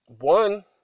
One